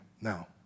Now